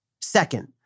Second